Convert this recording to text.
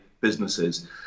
businesses